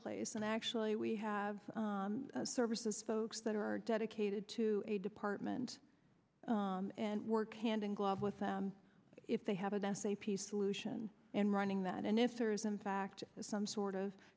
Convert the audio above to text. place and actually we have services folks that are dedicated to a department and work hand in glove with them if they have an essay peace solution in running that and if there is in fact some sort of